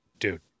Dude